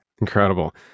Incredible